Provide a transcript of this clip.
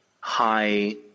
high